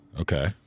Okay